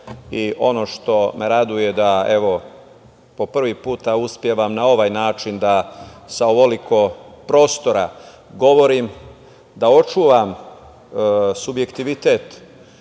što me raduje, da evo, po prvi put uspevam na ovaj način da sa ovoliko prostora govorim, da očuvam subjektivitet.